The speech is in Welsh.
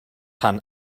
rhan